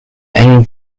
eng